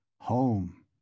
Home